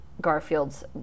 garfield's